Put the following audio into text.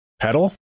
pedal